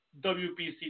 WPC